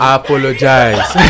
apologize